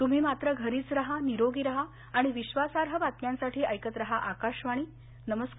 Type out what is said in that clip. तुम्ही मात्र घरीच राहा निरोगी राहा आणि विश्वासार्ह बातम्यांसाठी ऐकत राहा आकाशवाणी नमस्कार